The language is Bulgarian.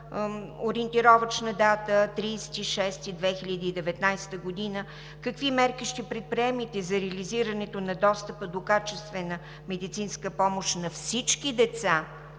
ориентировъчна дата 30 юни 2019 г., какви мерки ще предприемете за реализирането на достъпа до качествена медицинска помощ за всички деца